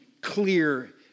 clear